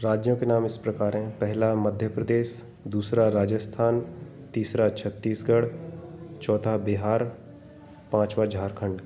राज्यों के नाम इस प्रकार हैं पहला मध्य प्रदेश दूसरा राजस्थान तीसरा छतीसगढ़ चौथा बिहार पाँचवां झारखंड